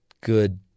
good